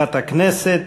הכנסת.